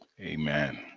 Amen